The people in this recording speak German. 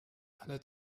alle